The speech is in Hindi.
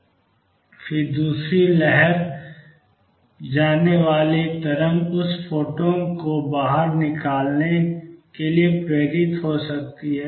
और फिर दूसरी लहर जाने वाली तरंग उस फोटॉन को बाहर निकालने के लिए प्रेरित हो सकती है